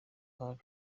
ghali